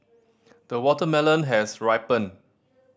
the watermelon has ripened